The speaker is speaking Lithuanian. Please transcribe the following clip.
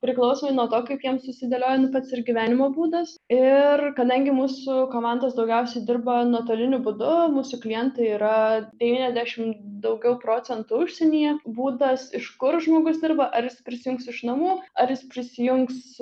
priklausomai nuo to kaip jiems susidėlioja nu pats ir gyvenimo būdas ir kadangi mūsų komandos daugiausiai dirba nuotoliniu būdu mūsų klientai yra devyniasdešimt daugiau procentų užsienyje būdas iš kur žmogus dirba ar jis prisijungs iš namų ar jis prisijungs